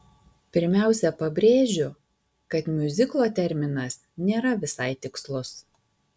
pirmiausia pabrėžiu kad miuziklo terminas nėra visai tikslus